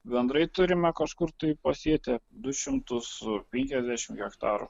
bendrai turime kažkur tai pasėta du šimtus penkiasdešim hektarų